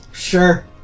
Sure